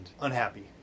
unhappy